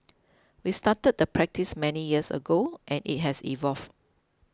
we started the practice many years ago and it has evolved